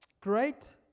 Great